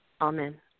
Amen